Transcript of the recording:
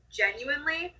genuinely